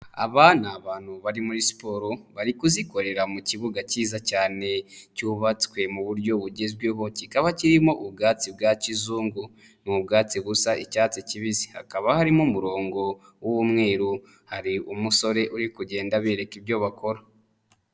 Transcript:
Aba ni abantu bari muri siporo, bari kuzikorera mu kibuga cyiza cyane, cyubatswe mu buryo bugezweho, kikaba kirimo ubwatsi bwa kizungu. Ni ubwatsi busa icyatsi kibisi. Hakaba harimo umurongo w'umweruru, hari umusore uri kugenda abereka ibyo bakora.